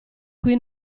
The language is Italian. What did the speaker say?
qui